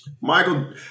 Michael